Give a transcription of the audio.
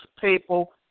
people